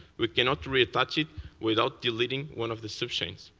we cannot reattach it without deleting one of the so chains.